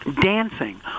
dancing